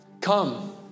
come